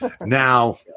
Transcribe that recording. Now